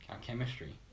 chemistry